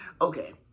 okay